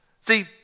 See